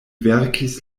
verkis